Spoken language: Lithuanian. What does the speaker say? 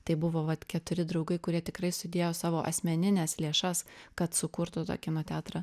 tai buvo vat keturi draugai kurie tikrai sudėjo savo asmenines lėšas kad sukurtų tą kino teatrą